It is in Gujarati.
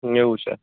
એવું છે